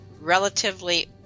relatively